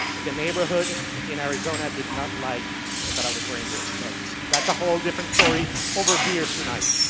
the neighborhood in arizona did not like that i was wearing this. but that's a whole different story over beers tonight.